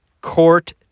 Court